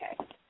Okay